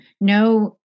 no